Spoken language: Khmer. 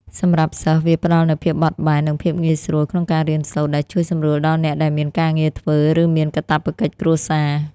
សម្រាប់សិស្ស វាផ្តល់នូវ ភាពបត់បែន និងភាពងាយស្រួល ក្នុងការរៀនសូត្រ ដែលជួយសម្រួលដល់អ្នកដែលមានការងារធ្វើ ឬមានកាតព្វកិច្ចគ្រួសារ។